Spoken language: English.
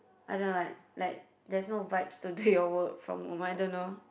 I don't like like there's no vibes to do your work from home I don't know